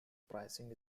pricing